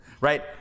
Right